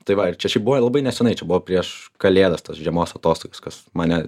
tai va ir čia šiaip buvo labai nesenai čia buvo prieš kalėdas tas žiemos atostogas kas mane